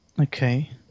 Okay